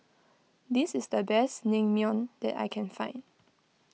this is the best Naengmyeon that I can find